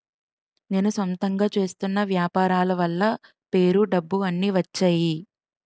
నేను సొంతంగా చేస్తున్న వ్యాపారాల వల్ల పేరు డబ్బు అన్ని వచ్చేయి